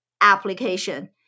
application